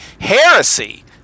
heresy